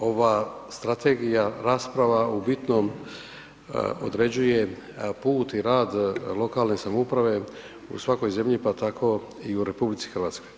Ova strategija, rasprava u bitnom određuje put i rad lokalne samouprave u svakoj zemlji, pa tako i u RH.